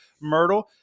Myrtle